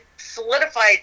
solidified